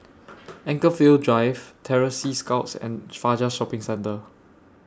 Anchorvale Drive Terror Sea Scouts and Fajar Shopping Centre